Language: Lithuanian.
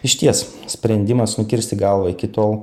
išties sprendimas nukirsti galvą iki tol